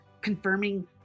confirming